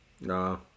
No